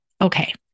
Okay